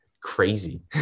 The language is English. crazy